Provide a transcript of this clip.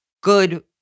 good